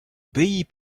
obéis